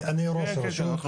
אני ראש הרשות,